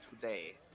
today